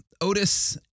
Otis